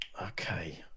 Okay